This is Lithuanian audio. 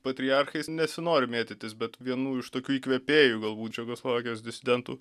patriarchais nesinori mėtytis bet vienu iš tokių įkvėpėjų galbūt čekoslovakijos disidentų